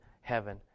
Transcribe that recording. heaven